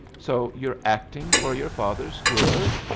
so you're acting for your father's good?